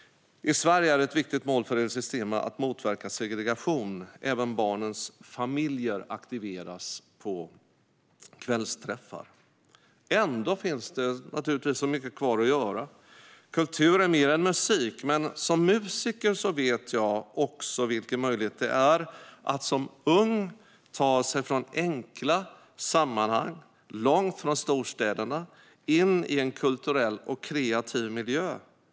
I Sverige är ett viktigt mål för El Sistema att motverka segregation. Även barnens familjer aktiveras på kvällsträffar. Ändå finns det naturligtvis mycket kvar att göra. Kultur är mer än musik, men som musiker vet jag också vilken möjlighet det är att som ung ta sig från enkla sammanhang långt från storstäderna in i en kulturell och kreativ miljö.